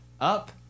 up